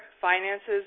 finances